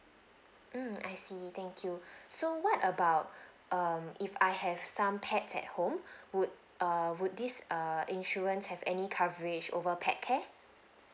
mm I see thank you so what about um if I have some pets at home would err would this err insurance have any coverage over pet care